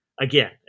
again